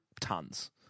tons